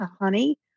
honey